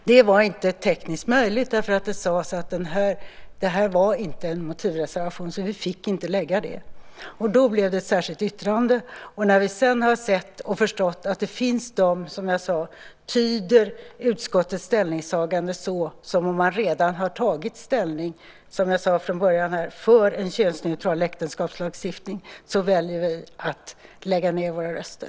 Det var inte tekniskt möjligt därför att det sades att detta inte var en motivreservation. Vi fick inte lägga fram en sådan. Då blev det ett särskilt yttrande. När vi sedan har sett och förstått att det finns de som tyder utskottets ställningstagande så som om utskottet redan har tagit ställning för en könsneutral äktenskapslagstiftning, väljer vi att lägga ned våra röster.